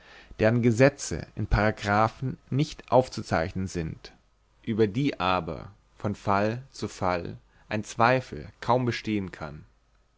deren gesetze in paragraphen nicht aufzuzeichnen sind über die aber von fall zu fall ein zweifel kaum bestehen kann